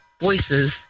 voices